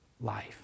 life